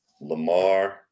Lamar